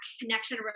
connection